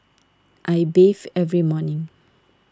I bathe every morning